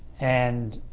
and,